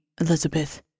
Elizabeth